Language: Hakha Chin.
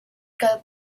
kan